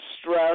stress